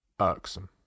irksome